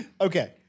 Okay